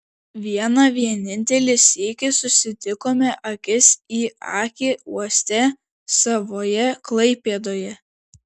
vieną vienintelį sykį susitikome akis į akį uoste savoje klaipėdoje